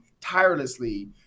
tirelessly